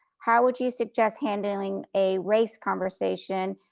how would you suggest handling a race conversation?